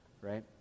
right